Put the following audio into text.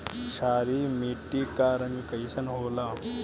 क्षारीय मीट्टी क रंग कइसन होला?